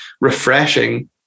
Refreshing